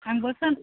आंबो थां